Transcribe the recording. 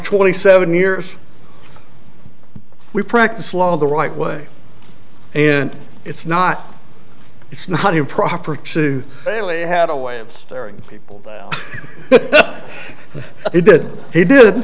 twenty seven years we practice law the right way and it's not it's not improper to family had a way of staring people it did he did